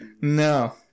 no